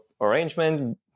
arrangement